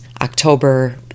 October